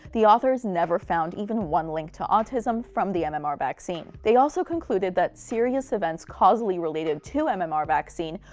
the authors never found even one link to autism from the um and mmr vaccine. they also concluded that serious events causally related to um and mmr vaccine,